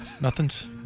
Nothing's